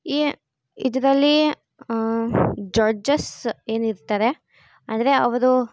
ಈ ಇದರಲ್ಲಿ ಜಜ್ಜಸ್ ಏನಿರ್ತಾರೆ ಅಂದರೆ ಅವರು